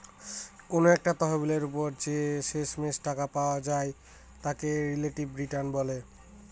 কোনো একটা তহবিলের ওপর যে শেষমেষ টাকা পাওয়া যায় তাকে রিলেটিভ রিটার্ন বলে